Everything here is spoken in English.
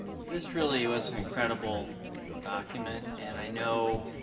this really was an incredible document and i know,